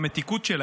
במתיקות שלהם.